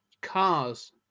cars